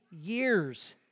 years